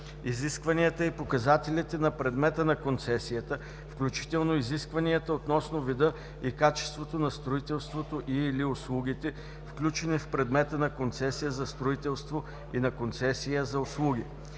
изискванията и показателите на предмета на концесията, включително изискванията относно вида и качеството на строителството и/или услугите, включени в предмета на концесия за строителство и на концесия за услуги;